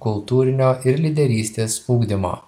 kultūrinio ir lyderystės ugdymo